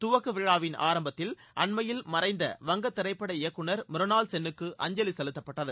துவக்க விழாவின் ஆரம்பத்தில் அண்மையில் மறைந்த வங்க திரைப்பட இயக்குநர் மிருணாள் சென்னுக்கு அஞ்சலி செலுத்தப்பட்டது